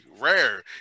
rare